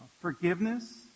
forgiveness